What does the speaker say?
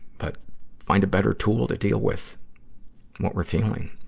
but find a better tool to deal with what we're feeling.